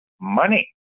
money